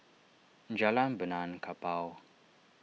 Jalan Benaan Kapal